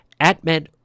AtMed